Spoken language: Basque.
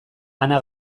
ana